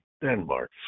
Denmark